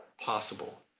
possible